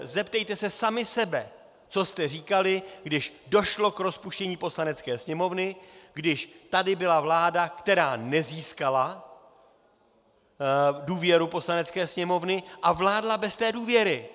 A zeptejte se sami sebe, co jste říkali, když došlo k rozpuštění Poslanecké sněmovny, když tady byla vláda, která nezískala důvěru Poslanecké sněmovny a vládla bez té důvěry.